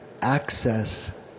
access